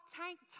tank